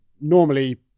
normally